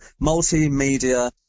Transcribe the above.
multimedia